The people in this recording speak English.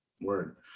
Word